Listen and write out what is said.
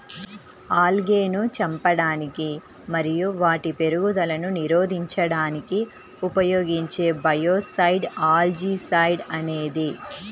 ఆల్గేను చంపడానికి మరియు వాటి పెరుగుదలను నిరోధించడానికి ఉపయోగించే బయోసైడ్ ఆల్జీసైడ్ అనేది